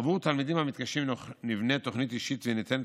עבור התלמידים המתקשים נבנית תוכנית אישית וניתנת